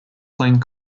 playing